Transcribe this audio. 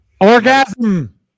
Orgasm